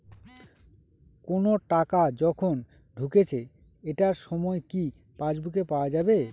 কোনো টাকা কখন ঢুকেছে এটার সময় কি পাসবুকে পাওয়া যাবে?